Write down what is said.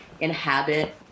inhabit